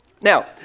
Now